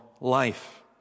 life